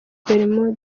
bermude